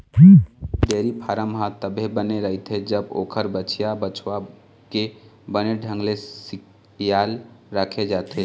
कोनो भी dairy farm ह तभे बने रहिथे जब ओखर बछिया, बछवा के बने ढंग ले खियाल राखे जाथे